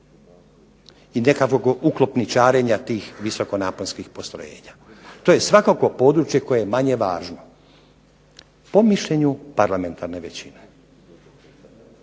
i nekakvog uklopčarenja tih visokonaponskih postrojenja. To je svakako područje koje je manje važno po mišljenju parlamentarne većine.